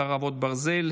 חרבות ברזל),